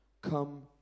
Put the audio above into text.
come